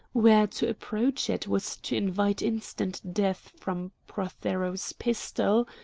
where to approach it was to invite instant death from prothero's pistol,